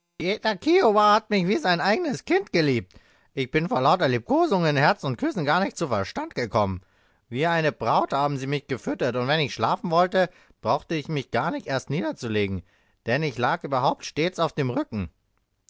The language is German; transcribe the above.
hat mich wie sein eigenes kind geliebt ich bin vor lauter liebkosungen herzen und küssen gar nicht zu verstand gekommen wie eine braut haben sie mich gefüttert und wenn ich schlafen wollte brauchte ich mich gar nicht erst niederzulegen denn ich lag überhaupt stets auf dem rücken